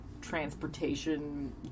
transportation